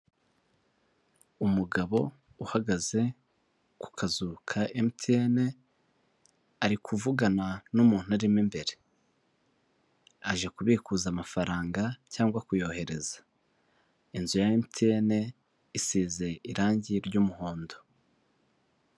Umugabo uhagaze ku kazu ka emutiyene, ari kuvugana n'umuntu arimo imber. Aje kubikuza amafaranga cyangwa kuyohereza. Inzu ya emutiyene isize irangi ry'umuhondo.